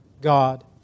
God